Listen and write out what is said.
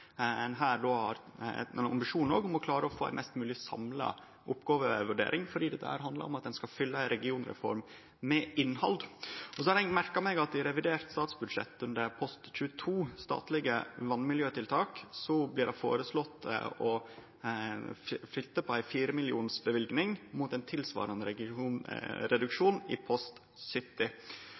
ein her òg har ein ambisjon om at ein får ei mest mogleg samla oppgåvevurdering, fordi dette handlar om at ein skal fylle ei regionreform med innhald. Eg har merka meg at det i revidert statsbudsjett, under post 22 Statlige vannmiljøtiltak, blir føreslått å flytte på ei løyving på 4 mill. kr mot ein tilsvarande reduksjon i post 70.